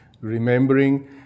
Remembering